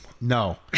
No